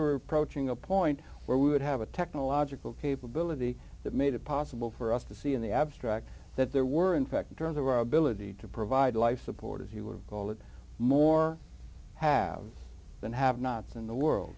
were approaching a point where we would have a technological capability that made it possible for us to see in the abstract that there were in fact a dearth of our ability to provide life support as you would call it more have than have nots in the world